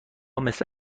مثل